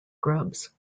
grubs